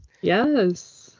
yes